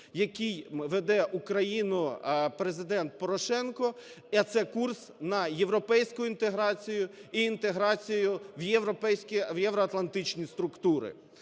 який веде, Україну, Президент Порошенко, а це курс на європейську інтеграцію і інтеграцію в євроатлантичні структури.